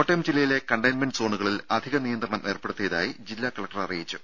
കോട്ടയം ജില്ലയിലെ കണ്ടെയ്ൻമെന്റ് സോണുകളിൽ അധിക നിയന്ത്രണം ഏർപ്പെടുത്തിയതായി ജില്ലാ കലക്ടർ അറിയിച്ചു